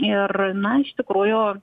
ir na iš tikrųjų